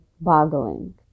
boggling